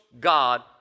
God